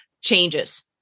changes